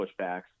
pushbacks